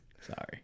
Sorry